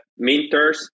minters